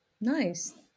Nice